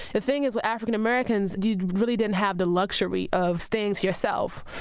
the thing is african-americans did really didn't have the luxury of staying to yourself.